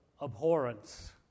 abhorrence